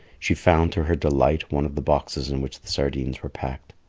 she found, to her delight, one of the boxes in which the sardines were packed.